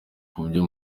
kubyo